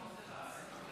אדוני היושב-ראש,